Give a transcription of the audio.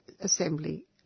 Assembly